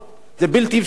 זה בלתי אפשרי.